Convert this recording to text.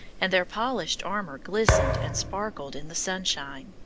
and their polished armor glistened and sparkled in the sunshine.